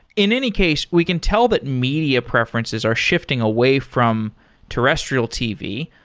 in any case, we can tell that media preferences are shifting away from terrestrial tv.